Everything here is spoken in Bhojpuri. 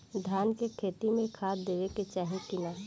धान के खेती मे खाद देवे के चाही कि ना?